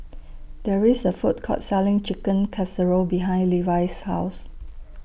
There IS A Food Court Selling Chicken Casserole behind Levi's House